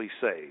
saved